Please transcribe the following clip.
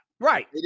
Right